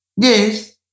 Yes